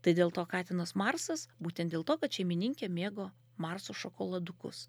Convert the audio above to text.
tai dėl to katinas marsas būtent dėl to kad šeimininkė mėgo marso šokoladukus